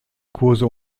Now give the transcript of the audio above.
kurse